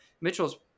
Mitchell's